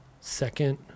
second